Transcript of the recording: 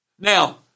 Now